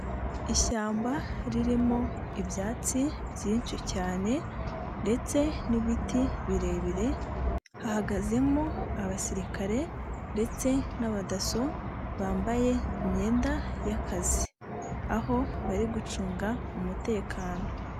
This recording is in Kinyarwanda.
Ishyamba ririmo ibyatsi byinshi cyane ndetse n'ibiti birebire, hahagazemo abasirikare ndetse n'abadaso, bambaye imyenda y'akazi, aho bari gucunga umutekano.